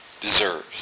deserves